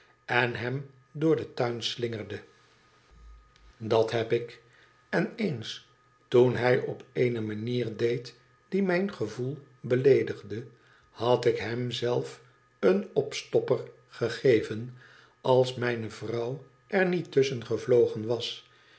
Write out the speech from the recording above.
en hem door den tuin slingerde dat heb ik n eens toen hij het op eene manier deed die mijn gevoel beleedigde had ik hem zelf een opstopper gegeven als mijne vrouw er niet tusschen gevlq gen was